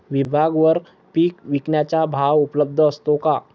विभागवार पीक विकण्याचा भाव उपलब्ध असतो का?